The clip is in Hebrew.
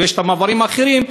ויש מעברים אחרים,